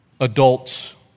adults